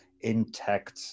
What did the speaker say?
intact